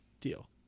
deal